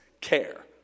care